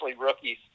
rookies